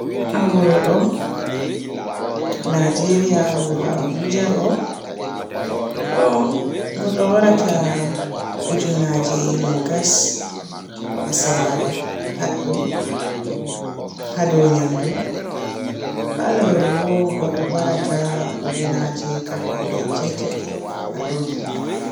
Haa wuro ɗo, Nigeria wuro Abuja ɗo. To godɗo baarata ojunaje nogas asaware hadɗo haa ɗou nyamdu. Haa lewru bo godɗo barata ojunaje kapande jetati haa ɗo nyamdu.